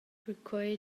perquei